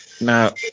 Now